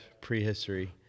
prehistory